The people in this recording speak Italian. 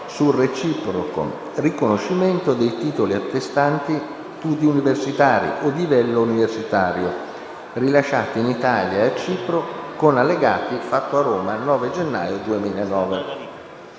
sul reciproco riconoscimento dei titoli attestanti studi universitari o di livello universitario rilasciati in Italia e a Cipro, con Allegati, fatto a Roma il 9 gennaio 2009